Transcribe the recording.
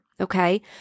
okay